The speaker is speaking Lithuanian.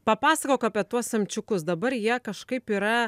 papasakok apie tuos semčiukus dabar jie kažkaip yra